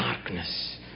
darkness